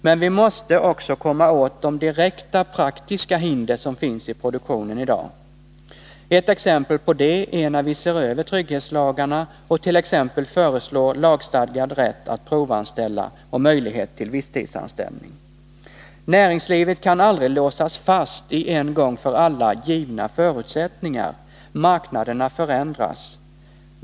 Men vi måste också komma åt de direkta praktiska hinder som finns i produktionen i dag. Det gör vi när vi t.ex. ser över trygghetslagarna och föreslår lagstadgad rätt att provanställa och ger möjlighet till visstidsanställning. Näringslivet kan aldrig låsas fast i en gång för alla givna förutsättningar. Marknaderna förändras.